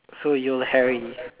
so you're Harry